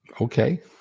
Okay